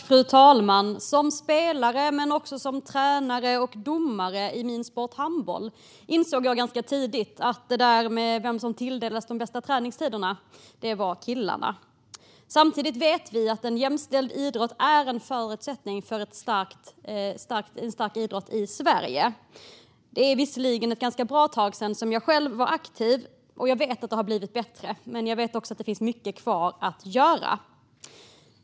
Fru talman! Som spelare men också som tränare och domare i min sport handboll insåg jag ganska tidigt att de som tilldelades de bästa träningstiderna var killarna. Vi vet att en jämställd idrott är en förutsättning för en stark idrott i Sverige. Det är visserligen ett ganska bra tag sedan jag själv var aktiv, och jag vet att det har blivit bättre, men jag vet också att det finns mycket kvar att göra.